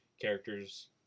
characters